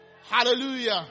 Hallelujah